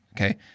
okay